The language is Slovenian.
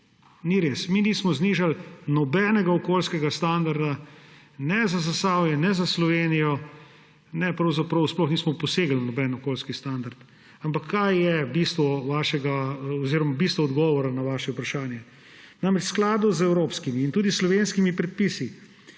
ni res. Mi nismo znižali nobenega okoljskega standarda ne za Zasavje, ne za Slovenijo, pravzaprav sploh nismo posegli v noben okoljski standard. Ampak kaj je bistvo odgovora na vaše vprašanje. V skladu z evropskimi in tudi slovenskimi predpisi